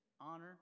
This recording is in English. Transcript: honor